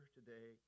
today